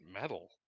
metal